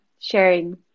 sharing